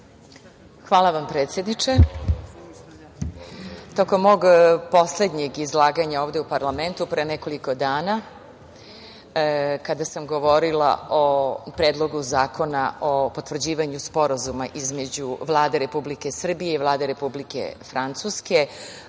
Hvala vam, predsedniče. Tokom mog poslednjeg izlaganja ovde u parlamentu pre nekoliko dana, kada sam govorila o Predlogu zakona o potvrđivanju Sporazuma između Vlade Republike Srbije i Vlade Republike Francuske,